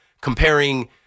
comparing